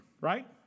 right